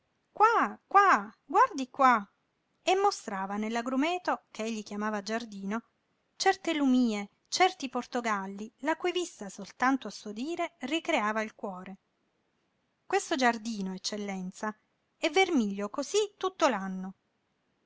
qua qua guardi qua e mostrava nell'agrumeto ch'egli chiamava giardino certe lumíe certi portogalli la cui vista soltanto a suo dire ricreava il cuore questo giardino eccellenza è vermiglio cosí tutto